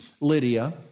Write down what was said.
Lydia